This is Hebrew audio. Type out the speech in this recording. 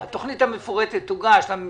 התוכנית המפורטת תהיה מחולקת גם כן סעיפים,